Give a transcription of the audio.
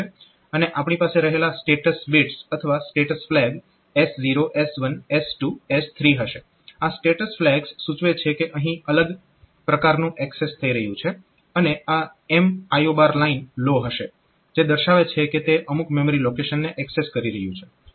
અને આપણી પાસે રહેલા સ્ટેટસ બિટ્સ અથવા status flag S0 S1 S2 S3 હશે આ સ્ટેટસ ફ્લેગ્સ સૂચવે છે કે અહીં અલગ પ્રકારનું એક્સેસ થઇ રહ્યું છે અને આ MIO લાઇન લો હશે જે દર્શાવે છે કે તે અમુક મેમરી લોકેશનને એક્સેસ કરી રહ્યું છે